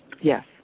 yes